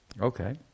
okay